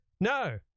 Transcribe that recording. No